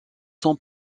son